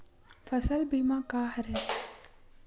फसल बीमा का हरय?